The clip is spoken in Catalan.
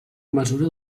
mesura